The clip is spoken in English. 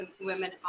women